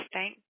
Thank